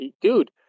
Dude